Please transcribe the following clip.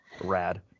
rad